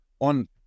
on